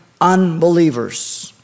unbelievers